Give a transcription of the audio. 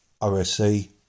OSC